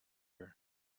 her